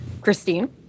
Christine